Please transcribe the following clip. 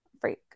freak